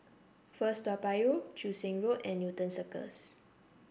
First Toa Payoh Joo Seng Road and Newton Circus